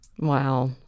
Wow